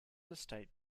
estate